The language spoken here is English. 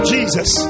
Jesus